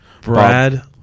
Brad